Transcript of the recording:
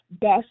best